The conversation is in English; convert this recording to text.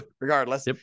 regardless